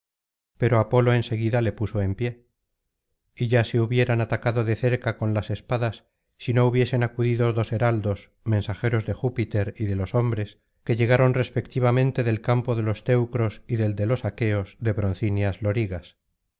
pero apolo en seguida le puso en pie y ya se hubieran atacado de cerca con las espadas si no hubiesen acudido dos heraldos mensajeros de júpiter y de los hombres que llegaron respectivamente del campo de los teucros y del de los aqueos de broncíneas lorigas